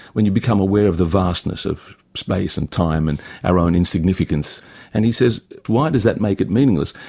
when you become aware of the vastness of space and time and our own insignificance and he says why does that make it meaningless?